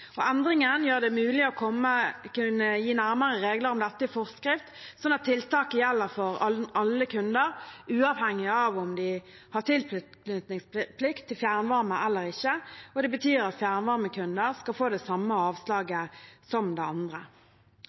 gjør det mulig å kunne gi nærmere regler om dette i forskrift, sånn at tiltaket gjelder for alle kunder uavhengig av om de har tilknytningsplikt til fjernvarme eller ikke, og det betyr at fjernvarmekunder skal få det samme avslaget som andre.